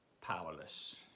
powerless